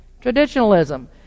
traditionalism